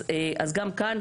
אז גם כאן,